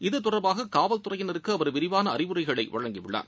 இத்தொடர்பாக காவல்துறையினருக்கு அவர் விரிவான அறிவுரைகளை வழங்கியுள்ளார்